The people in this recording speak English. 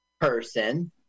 person